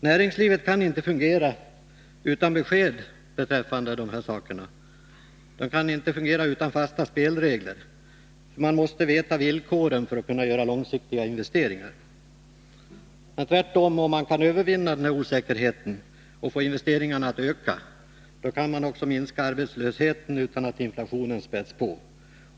Näringslivet kan inte fungera utan besked beträffande de här sakerna, utan fasta spelregler. Man måste veta villkoren för att kunna göra långsiktiga investeringar. Men om man tvärtom kan övervinna den här osäkerheten och få investeringarna att öka, kan man också minska arbetslösheten utan att inflationen späds på.